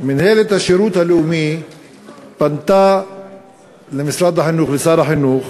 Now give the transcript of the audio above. מינהלת השירות הלאומי פנתה למשרד החינוך,